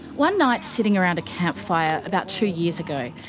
one night, sitting around a campfire about two years ago,